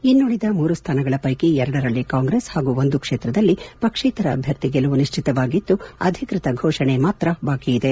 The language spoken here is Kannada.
ಇನ್ನುಳಿದ ಮೂರು ಸ್ಥಾನಗಳ ಪೈಕಿ ಎರಡರಲ್ಲಿ ಕಾಂಗ್ರೆಸ್ ಪಾಗೂ ಒಂದು ಕ್ಷೇತ್ರದಲ್ಲಿ ಪಕ್ಷೇತರ ಅಭ್ಯರ್ಥಿ ಗೆಲುವು ನಿಶ್ಚಿತವಾಗಿದ್ದು ಅಧಿಕೃತ ಘೋಷಣೆ ಮಾತ್ರ ಬಾಕಿ ಇದೆ